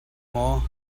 maw